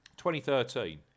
2013